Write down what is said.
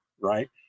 right